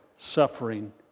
suffering